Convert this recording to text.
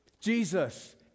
Jesus